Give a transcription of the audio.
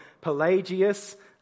Pelagius